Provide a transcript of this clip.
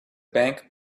bank